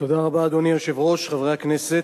אדוני היושב-ראש, חברי הכנסת,